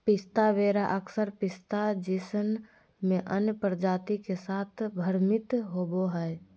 पिस्ता वेरा अक्सर पिस्ता जीनस में अन्य प्रजाति के साथ भ्रमित होबो हइ